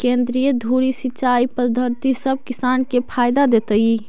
केंद्रीय धुरी सिंचाई पद्धति सब किसान के फायदा देतइ